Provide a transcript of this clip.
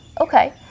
Okay